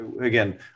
again